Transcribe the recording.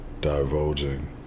divulging